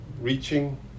reaching